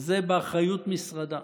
זה באחריות משרדה.